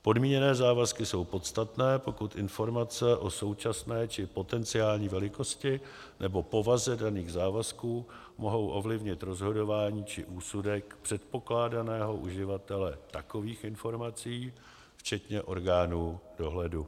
Podmíněné závazky jsou podstatné, pokud informace o současné či potenciální velikosti nebo povaze daných závazků mohou ovlivnit rozhodování či úsudek předpokládaného uživatele takových informací včetně orgánů dohledu.